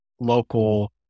local